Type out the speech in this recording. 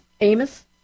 Amos